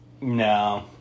No